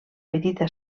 petita